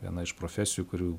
viena iš profesijų kurių